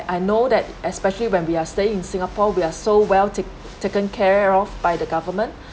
I know that especially when we are staying in singapore we are so well take taken care of by the government